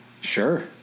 Sure